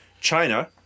China